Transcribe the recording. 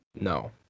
No